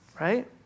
right